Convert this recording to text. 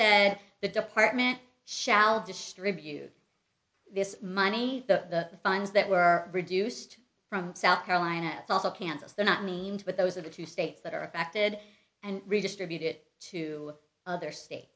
said the department shall distribute this money the fines that were reduced from south carolina i thought of kansas they're not mean but those are the two states that are affected and redistribute it to other states